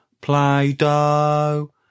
Play-Doh